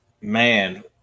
Man